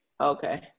okay